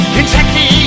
Kentucky